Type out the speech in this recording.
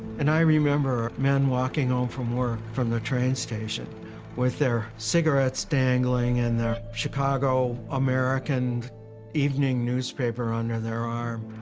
and i remember men walking home from work from the train station with their cigarettes dangling and their chicago american evening newspaper under their arm.